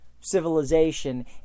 civilization